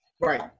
Right